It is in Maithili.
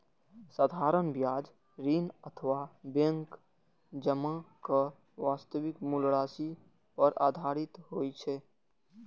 साधारण ब्याज ऋण अथवा बैंक जमाक वास्तविक मूल राशि पर आधारित होइ छै